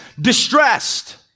distressed